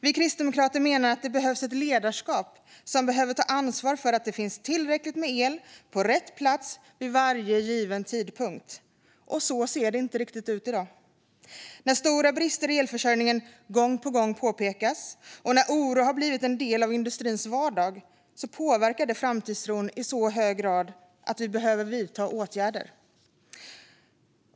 Vi kristdemokrater menar att det behövs ett ledarskap som tar ansvar för att det finns tillräckligt med el på rätt plats vid varje given tidpunkt, och så ser det inte riktigt ut i dag. När stora brister i elförsörjningen gång på gång påpekas och när oron har blivit en del av industrins vardag påverkar det framtidstron i så hög grad att vi behöver vidta åtgärder.